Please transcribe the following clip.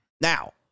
Now